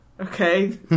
Okay